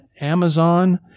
Amazon